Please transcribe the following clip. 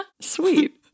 sweet